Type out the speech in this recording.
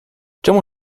czemu